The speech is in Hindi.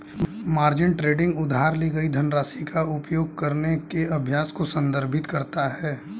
मार्जिन ट्रेडिंग उधार ली गई धनराशि का उपयोग करने के अभ्यास को संदर्भित करता है